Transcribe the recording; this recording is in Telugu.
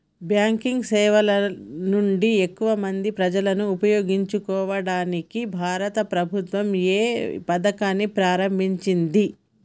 బ్యాంకింగ్ సేవల నుండి ఎక్కువ మంది ప్రజలను ఉపయోగించుకోవడానికి భారత ప్రభుత్వం ఏ పథకాన్ని ప్రారంభించింది?